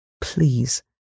Please